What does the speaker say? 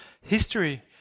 history